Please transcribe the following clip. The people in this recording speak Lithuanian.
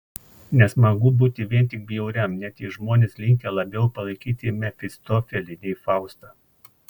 nesmagu būti vien tik bjauriam net jei žmonės linkę labiau palaikyti mefistofelį nei faustą